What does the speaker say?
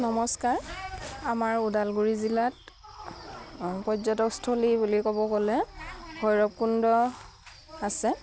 নমস্কাৰ আমাৰ ওদালগুৰি জিলাত পৰ্যটনস্থলী বুলি ক'ব গ'লে ভৈৰৱকুণ্ড আছে